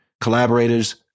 collaborators